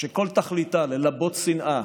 שכל תכליתה ללבות שנאה,